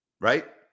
right